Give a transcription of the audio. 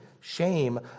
shame